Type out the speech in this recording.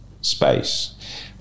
space